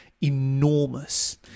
enormous